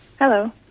Hello